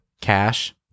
cash